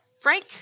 Frank